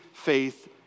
Faith